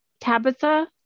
Tabitha